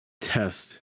test